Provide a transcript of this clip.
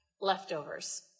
leftovers